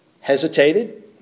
hesitated